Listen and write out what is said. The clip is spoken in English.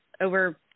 over